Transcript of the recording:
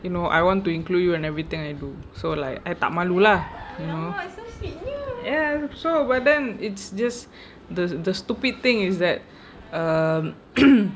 you know I want to include you and everything I do so like I tak malu lah ya so but then it's just the the stupid thing is that um